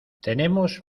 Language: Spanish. tenemos